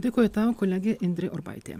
dėkoju tau kolegė indrė urbaitė